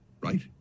right